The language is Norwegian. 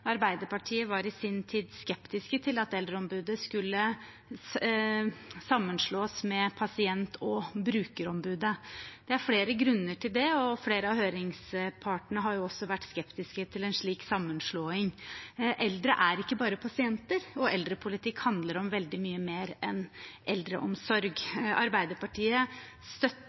Arbeiderpartiet var i sin tid skeptisk til at Eldreombudet skulle sammenslås med Pasient- og brukerombudet. Det er flere grunner til det, og flere av høringspartene har også vært skeptiske til en slik sammenslåing. Eldre er ikke bare pasienter, og eldrepolitikk handler om veldig mye mer enn eldreomsorg. Arbeiderpartiet